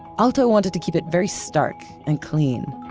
aalto wanted to keep it very stark and clean,